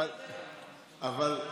רק בגלל זה?